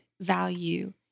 value